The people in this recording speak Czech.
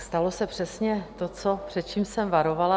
Stalo se přesně to, před čím jsem varovala.